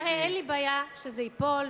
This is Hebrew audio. אין לי בעיה שזה ייפול,